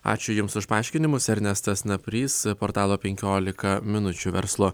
ačiū jums už paaiškinimus ernestas naprys portalo penkiolika minučių verslo